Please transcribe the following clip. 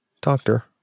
Doctor